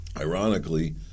ironically